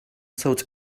sold